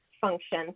function